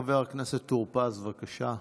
חבר הכנסת טור פז, בבקשה.